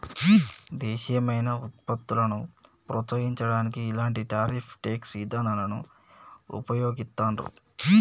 దేశీయమైన వుత్పత్తులను ప్రోత్సహించడానికి ఇలాంటి టారిఫ్ ట్యేక్స్ ఇదానాలను వుపయోగిత్తండ్రు